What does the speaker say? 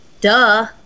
Duh